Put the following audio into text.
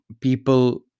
people